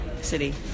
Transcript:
City